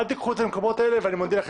ואל תיקחו את זה למקומות האלה ואני מודה לכם.